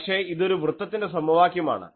പക്ഷേ ഇതൊരു വൃത്തത്തിന്റെ സമവാക്യമാണ്